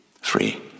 Free